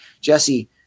Jesse